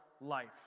life